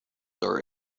are